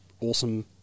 awesome